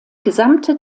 gesamte